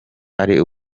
hari